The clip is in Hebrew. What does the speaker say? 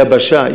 יבשה,